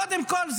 קודם כול,